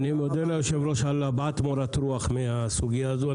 אני מודה ליושב-ראש על הבעת מורת הרוח מהסוגיה הזו.